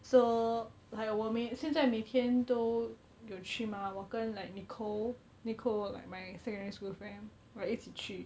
so like 我每现在每天都有去 mah 我跟 like nicole nicole like my secondary school friend right 一起去